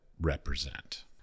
represent